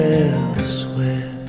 elsewhere